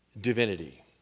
divinity